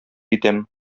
итәм